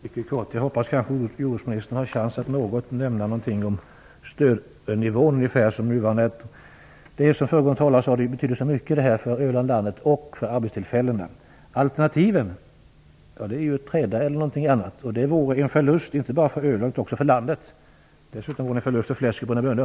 Fru talman! Jag hoppas att jordbruksministern får chansen att nämna något om stödnivån. Skall stödet ligga på ungefär nuvarande nivå? Som föregående talare sade betyder det här så mycket för Öland, det övriga landet och för arbetstillfällen. Alternativen är träda eller något annat. Det vore en förlust inte bara för Öland utan också för landet. Dessutom vore det en förlust för fläsk och bruna bönor.